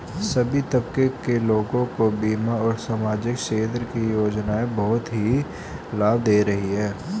सभी तबके के लोगों को बीमा और सामाजिक क्षेत्र की योजनाएं बहुत ही लाभ दे रही हैं